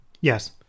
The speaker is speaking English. Yes